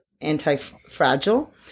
Anti-Fragile